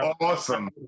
Awesome